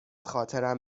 خاطرم